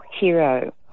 hero